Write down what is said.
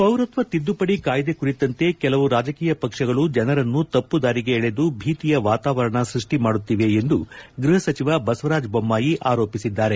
ಪೌರತ್ವ ತಿದ್ದುಪಡಿ ಕಾಯ್ದೆ ಕುರಿತಂತೆ ಕೆಲವು ರಾಜಕೀಯ ಪಕ್ಷಗಳು ಜನರನ್ನು ತಪ್ಪುದಾರಿಗೆ ಎಳೆದು ಭೀತಿಯ ವಾತಾವರಣ ಸೃಷ್ಟಿಮಾಡುತ್ತಿವೆ ಎಂದು ಗೃಹ ಸಚಿವ ಬಸವರಾಜ ಬೊಮ್ಮಾಯಿ ಆರೋಪಿಸಿದ್ದಾರೆ